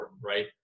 right